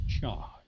charge